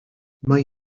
mae